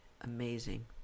amazing